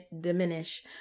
diminish